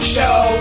Show